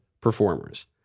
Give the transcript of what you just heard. performers